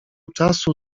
czasu